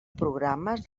programes